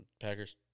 Packers